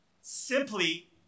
Simply